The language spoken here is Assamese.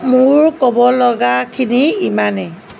মোৰ ক'বলগাখিনি ইমানেই